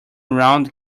round